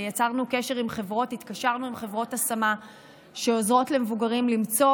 יצרנו קשר עם חברות השמה שעוזרות למבוגרים למצוא